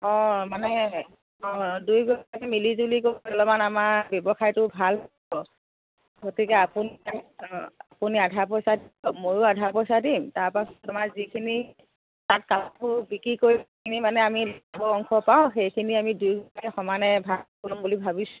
অঁ মানে অঁ দুয়োগৰাকী মিলিজুলি কৰিলে অলমান আমাৰ ব্যৱসায়টো ভাল হ'ব গতিকে আপুনি অঁ আপুনি আধা পইচা ময়ো আধা পইচা দিম তাৰপাছত আমাৰ যিখিনি তাত কাপোৰ বিক্ৰী কৰি কাপোৰখিনি মানে আমি অংশ পাওঁ সেইখিনি আমি দুয়োগৰাকীয়ে সমানে ভাগ কৰি ল'ম বুলি ভাবিছোঁ